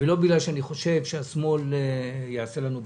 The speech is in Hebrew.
ולא בגלל שאני חושב שהשמאל יעשה לנו בעיות.